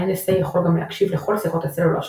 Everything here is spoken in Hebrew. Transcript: ה-NSA יכול גם להקשיב לכל שיחות הסלולר שלכם,